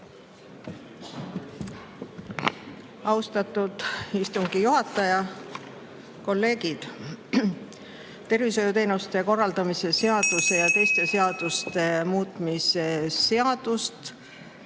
Austatud istungi juhataja ja kolleegid! Tervishoiuteenuste korraldamise seaduse ja teiste seaduste muutmise seaduse